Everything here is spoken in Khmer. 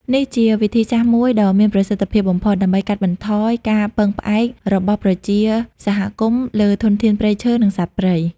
នេះជាវិធីសាស្ត្រមួយដ៏មានប្រសិទ្ធភាពបំផុត ដើម្បីកាត់បន្ថយការពឹងផ្អែករបស់ប្រជាសហគមន៍លើធនធានព្រៃឈើ និងសត្វព្រៃ។